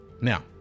now